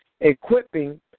equipping